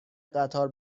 قطار